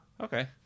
Okay